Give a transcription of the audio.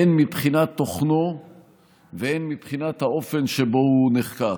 הן מבחינת תוכנו והן מבחינת האופן שבו הוא נחקק.